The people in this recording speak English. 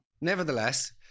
Nevertheless